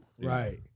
right